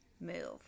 move